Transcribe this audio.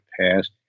passed